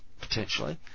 Potentially